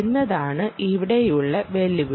എന്നതാണ് ഇവിടെയുള്ള വെല്ലുവിളി